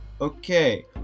Okay